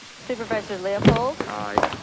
supervisor leopold? aye.